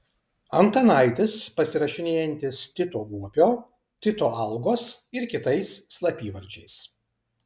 antanaitis pasirašinėjantis tito guopio tito algos ir kitais slapyvardžiais